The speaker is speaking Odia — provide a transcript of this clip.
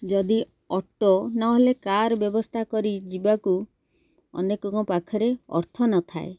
ଯଦି ଅଟୋ ନହେଲେ କାର୍ ବ୍ୟବସ୍ଥା କରିଯିବାକୁ ଅନେକଙ୍କ ପାଖରେ ଅର୍ଥ ନଥାଏ